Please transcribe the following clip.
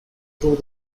through